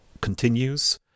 continues